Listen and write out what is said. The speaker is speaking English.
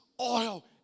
oil